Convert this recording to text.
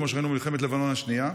כמו שראינו במלחמת לבנון השנייה.